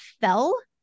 fell